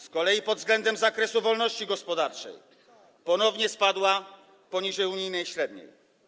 Z kolei pod względem zakresu wolności gospodarczej ponownie spadła poniżej unijnej średniej.